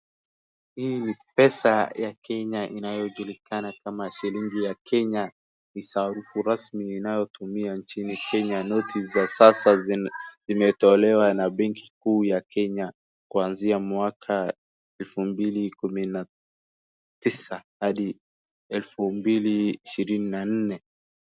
Hii ni pesa ya Kenya inayojulikana kama shilingi ya Kenya. Ni sarufu rasmi inayotumia nchini Kenya. Noti za sasa zimetolewa na benki kuu ya Kenya. Kuanzia mwaka elfu mbili kumi na tisa hadi elfu mbili ishirini na nne.